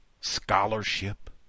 scholarship